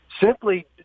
simply